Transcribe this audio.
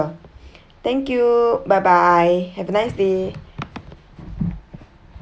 thank you bye bye have a nice day